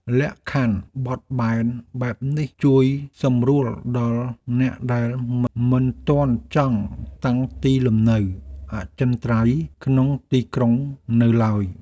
លក្ខខណ្ឌបត់បែនបែបនេះជួយសម្រួលដល់អ្នកដែលមិនទាន់ចង់តាំងទីលំនៅអចិន្ត្រៃយ៍ក្នុងទីក្រុងនៅឡើយ។